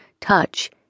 touch